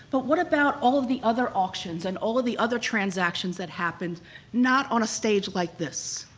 but what about all of the other auctions and all of the other transactions that happened not on a stage like this?